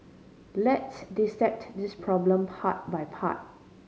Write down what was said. let's dissect this problem part by part